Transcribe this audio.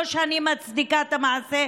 לא שאני מצדיקה את המעשה,